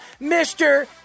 Mr